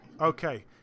Okay